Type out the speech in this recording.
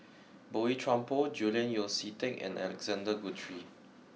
Boey Chuan Poh Julian Yeo See Teck and Alexander Guthrie